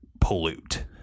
pollute